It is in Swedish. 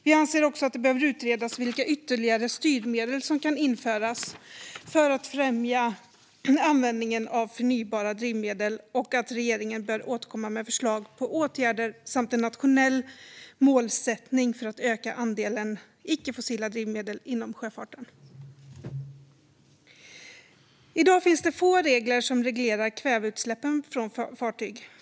Vi anser också att det behöver utredas vilka ytterligare styrmedel som kan införas för att främja användningen av förnybara drivmedel och att regeringen bör återkomma med förslag på åtgärder samt en nationell målsättning för att öka andelen icke-fossila drivmedel inom sjöfarten. I dag finns det få regler som reglerar kväveutsläppen från fartyg.